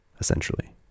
essentially